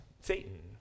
Satan